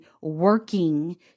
working